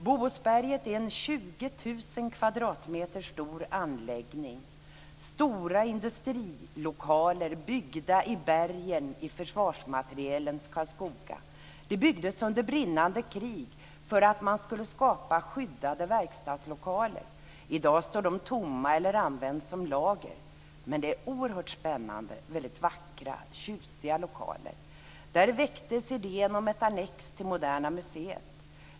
Boåsberget är en 20 000 kvadratmeter stor anläggning, stora industrilokaler, byggda i bergen i försvarsmaterielens Karlskoga. Den byggdes under brinnande krig för att skapa skyddade verkstadslokaler. I dag står de tomma eller används som lager, men det är oerhört spännande, väldigt vackra tjusiga lokaler. Där väcktes idén om en annex till Moderna museet.